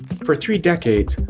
for three decades,